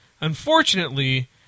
Unfortunately